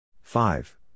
five